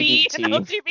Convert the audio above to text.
LGBT